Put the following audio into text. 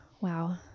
Wow